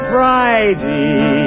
Friday